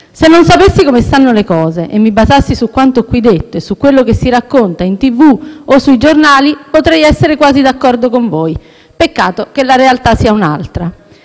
Se non sapessi come stanno le cose e mi basassi su quanto qui detto e su quello che si racconta in TV o sui giornali potrei essere quasi d'accordo con voi. Peccato che la realtà sia un'altra.